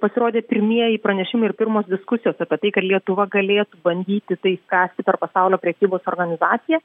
pasirodė pirmieji pranešimai ir pirmos diskusijos apie tai kad lietuva galėtų bandyti tai spręsti per pasaulio prekybos organizaciją